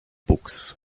books